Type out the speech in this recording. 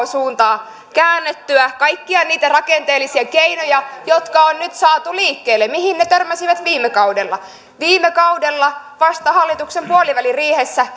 suuntaa käännettyä kaikkia niitä rakenteellisia keinoja jotka on nyt saatu liikkeelle mihin ne törmäsivät viime kaudella viime kaudella vasta hallituksen puoliväliriihessä